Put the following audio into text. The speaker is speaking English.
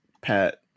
Pat